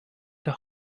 der